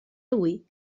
avui